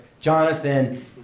Jonathan